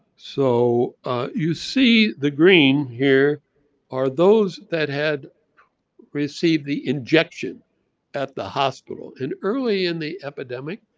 so you see the green here are those that had received the injection at the hospital. and early in the epidemic,